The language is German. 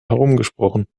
herumgesprochen